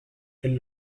elle